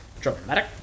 Dramatic